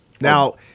Now